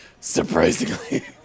Surprisingly